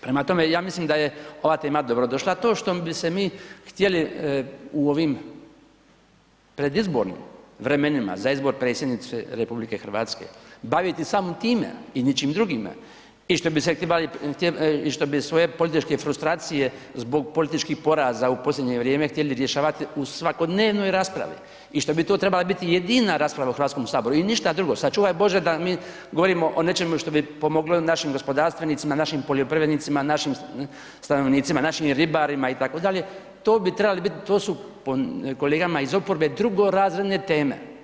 Prema tome, ja mislim da je ova tema dobrodošla, a to što bi se mi htjeli u ovim predizbornim vremenima za izbor predsjednice RH baviti samo time i ničim drugime i što bi svoje političke frustracije zbog političkih poraza u posljednje vrijeme htjeli rješavati u svakodnevnoj raspravi i što bi to trebala biti jedina rasprava u Hrvatskom saboru i ništa drugu, sačuvaj Bože da mi govorimo o nečemu što bi pomoglo našim gospodarstvenicima, našim poljoprivrednicima, našim stanovnicima, našim ribarima itd., to bi treba biti, to su po kolegama iz oporbe drugorazredne teme.